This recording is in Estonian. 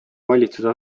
valitsuse